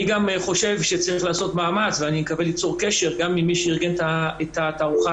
אני גם חושב שצריך לעשות מאמץ להחזיר את התערוכה